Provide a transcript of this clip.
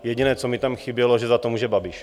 Jediné, co mi tam chybělo, že za to může Babiš.